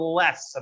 less